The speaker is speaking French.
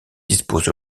dispose